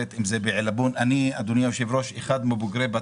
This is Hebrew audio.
אני אומר לך אלכס ואני אומר לחברי הקואליציה,